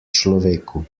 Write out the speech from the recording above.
človeku